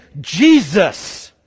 Jesus